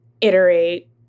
iterate